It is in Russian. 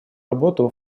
работу